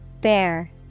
bear